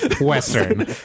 Western